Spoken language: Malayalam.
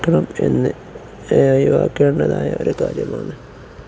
എന്ന് ഒഴിവാക്കേണ്ടതായ ഒരു കാര്യമാണ്